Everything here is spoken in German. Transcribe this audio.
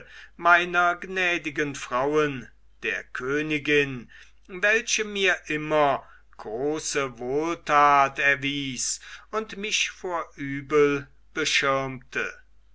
meiner gnädigen frauen der königin welche mir immer große wohltat erwies und mich vor übel beschirmte